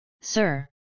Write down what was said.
sir